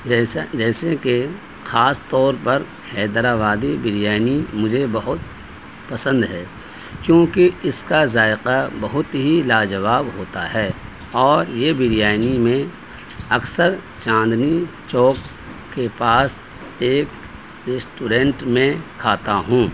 جیسا جیسے کہ خاص طور پر حیدر آبادی بریانی مجھے بہت پسند ہے کیونکہ اس کا ذائقہ بہت ہی لاجواب ہوتا ہے اور یہ بریانی میں اکثر چاندنی چوک کے پاس ایک ریسٹورینٹ میں کھاتا ہوں